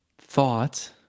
thought